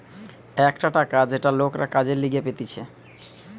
একটা টাকা যেটা লোকরা কাজের লিগে পেতেছে